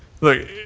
Look